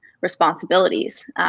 responsibilities